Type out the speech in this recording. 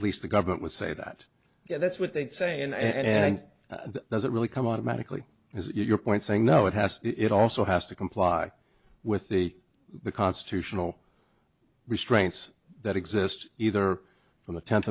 at least the government would say that yeah that's what they'd say and then does it really come automatically is your point saying no it has it also has to comply with the the constitutional restraints that exist either from the tenth